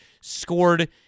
scored